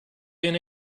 been